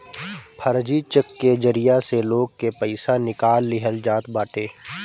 फर्जी चेक के जरिया से लोग के पईसा निकाल लिहल जात बाटे